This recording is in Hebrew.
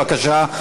בבקשה.